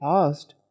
asked